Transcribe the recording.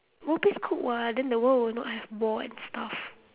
world peace good [what] then the world would not have war and stuff